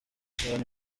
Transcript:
cyane